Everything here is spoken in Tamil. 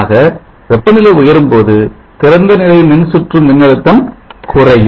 ஆக வெப்பநிலை உயரும் போது திறந்தநிலை மின்சுற்று மின்னழுத்தம் குறையும்